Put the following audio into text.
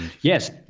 Yes